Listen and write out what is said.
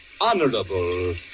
honorable